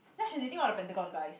ya she's dating one of the Pentagon guys